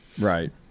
Right